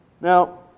Now